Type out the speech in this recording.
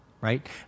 right